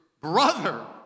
brother